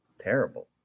Terrible